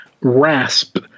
rasp